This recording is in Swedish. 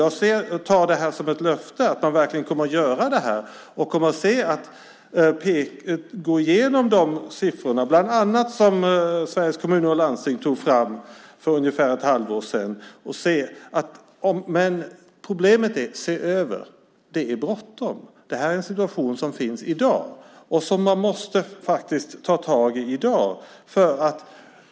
Jag tar det här som ett löfte att man verkligen kommer att göra det här och kommer att gå igenom de siffrorna, bland annat som Sveriges Kommuner och Landsting tog fram för ungefär ett halvår sedan. Men problemet gäller uttrycket "se över". Det är bråttom. Det här är en situation som finns i dag och som man faktiskt måste ta tag i i dag.